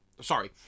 sorry